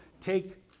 take